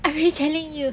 I already telling you